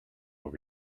over